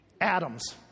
Adam's